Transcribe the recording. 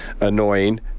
annoying